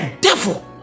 devil